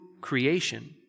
creation